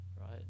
Right